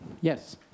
Yes